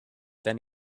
then